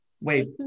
wait